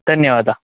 ಧನ್ಯವಾದ